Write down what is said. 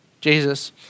Jesus